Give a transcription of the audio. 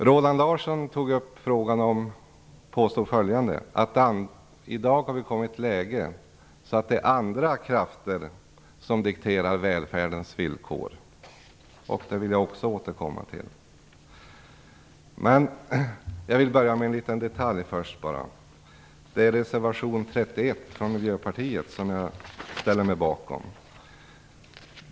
Roland Larsson påstod att vi i dag är i ett läge som gör att andra krafter dikterar välfärdens villkor. Detta vill jag också återkomma till. Jag vill först ta upp en liten detalj i reservation 31 från Miljöpartiet, vilken jag ställer mig bakom.